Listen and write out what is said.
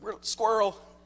squirrel